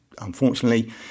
unfortunately